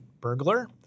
Burglar